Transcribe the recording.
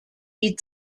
die